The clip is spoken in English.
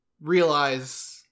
realize